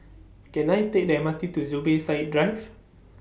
Can I Take The M R T to Zubir Said Drive